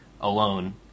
alone